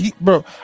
bro